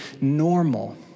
normal